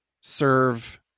serve